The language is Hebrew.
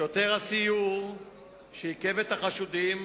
שוטר הסיור שעיכב את החשודים